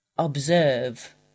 Observe